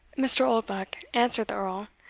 mr. oldbuck, answered the earl,